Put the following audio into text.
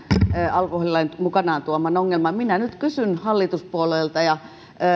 alkoholilain mukanaan tuoman ongelman minä nyt kysyn hallituspuolueilta ja